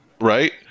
right